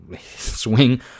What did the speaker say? swing